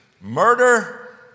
murder